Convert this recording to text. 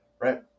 right